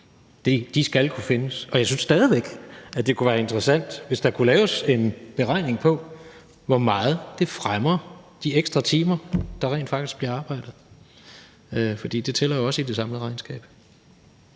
De skal kunne findes. Og jeg synes stadig væk, det kunne være interessant, hvis der kunne laves en beregning på, hvor meget det fremmer de ekstra timer, der rent faktisk bliver arbejdet. For det tæller jo også i det samlede regnskab.